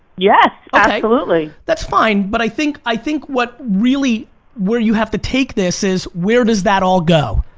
yes, absolutely. that's fine. but i think i think what really where you have to take this is where does that all go?